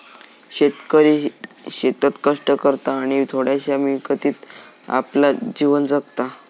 शेतकरी शेतात कष्ट करता आणि थोड्याशा मिळकतीत आपला जीवन जगता